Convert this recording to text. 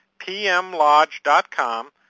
pmlodge.com